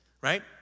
right